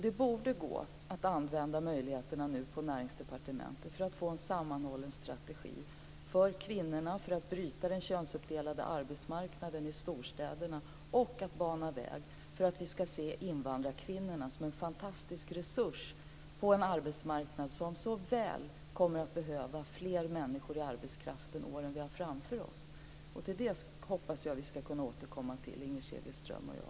Det borde gå att nu på Näringsdepartementet använda möjligheterna för att få en sammanhållen strategi för kvinnorna, för att bryta den könsuppdelade arbetsmarknaden i storstäderna och för att bana väg för att vi ska se invandrarkvinnorna som en fantastisk resurs på en arbetsmarknad som så väl kommer att behöva fler människor i arbetskraften under de år som vi har framför oss. Till detta hoppas jag att Inger Segelström och jag kan återkomma.